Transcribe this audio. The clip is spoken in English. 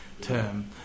term